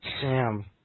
Sam